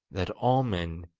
that all men,